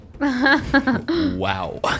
Wow